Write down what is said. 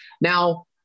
Now